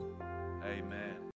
Amen